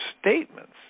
statements